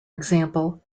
example